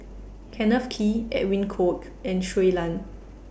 Kenneth Kee Edwin Koek and Shui Lan